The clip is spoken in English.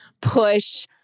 push